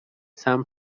some